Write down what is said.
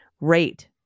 rate